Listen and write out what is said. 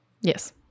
yes